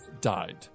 died